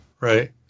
right